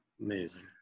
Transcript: Amazing